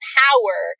power